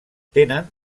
tenen